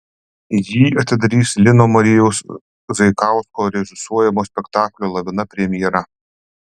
jį atidarys lino marijaus zaikausko režisuojamo spektaklio lavina premjera